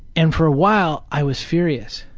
and for a while i was furious.